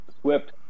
Swift